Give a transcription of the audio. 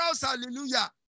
hallelujah